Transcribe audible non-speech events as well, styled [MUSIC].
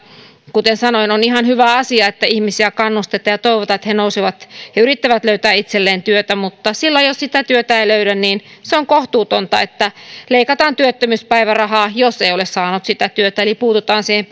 kuten sanoin on ihan hyvä asia että ihmisiä kannustetaan ja toivotaan että he nousevat ja yrittävät löytää itselleen työtä mutta silloin jos sitä työtä ei löydy on kohtuutonta että leikataan työttömyyspäivärahaa jos ei ole saanut sitä työtä eli puututaan siihen [UNINTELLIGIBLE]